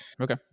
okay